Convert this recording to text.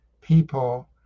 people